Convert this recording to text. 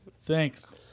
Thanks